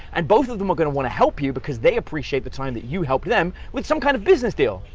and both of them are gonna want to help you because they appreciate the time that you helped them with some kind of business deal.